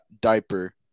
diaper